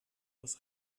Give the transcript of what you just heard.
das